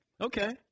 Okay